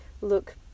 look